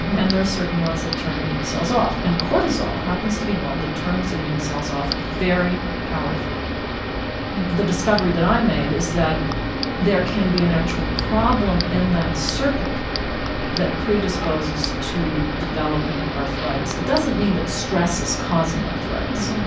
and there are certain ones that turn immune cells off. and cortisol happens to be one that turns immune cells off very powerfully the discovery that i made is that there can be an actual problem in that circuit that predisposes to developing arthritis. it doesn't mean that stress is causing arthritis.